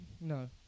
No